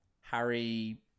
Harry